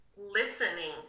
listening